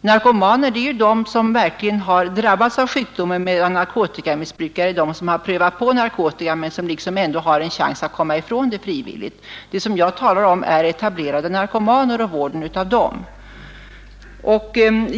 Narkomaner är de som verkligen har drabbats av sjukdomen, medan narkotikamissbrukare är de som har prövat på narkotika men som ändå har en chans att frivilligt komma ifrån narkotikaberoendet. Jag talar här om etablerade narkomaner och om vården av dem.